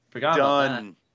Done